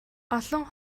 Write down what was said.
олон